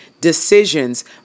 decisions